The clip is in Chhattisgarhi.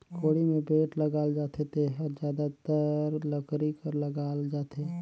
कोड़ी मे बेठ लगाल जाथे जेहर जादातर लकरी कर लगाल जाथे